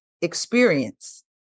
experience